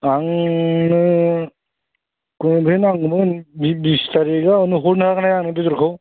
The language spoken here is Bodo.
आंनो गंब्रै नांगौमोन बिस थारिखआव हरनो हागोन ना हाया नों बेदरखौ